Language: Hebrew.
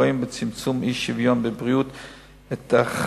רואים בצמצום אי-שוויון בבריאות את אחד